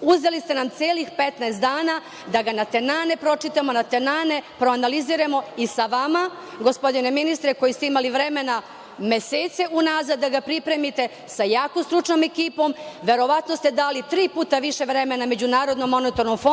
vama? Uzeli ste nam celih 15 dana, da ga natenane pročitamo, natenane proanaliziramo i sa vama, gospodine ministre, koji ste imali vremena mesece unazad da ga pripremite, sa jako stručnom ekipom, verovatno ste dali tri puta više vremena MMF